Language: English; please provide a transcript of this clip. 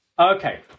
Okay